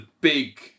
big